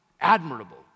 admirable